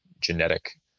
genetic